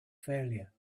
failure